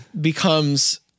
becomes